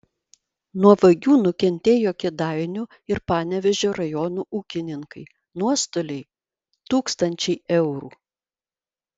nuo vagių nukentėjo kėdainių ir panevėžio rajonų ūkininkai nuostoliai tūkstančiai eurų